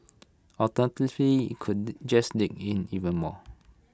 alternatively IT could just dig in even more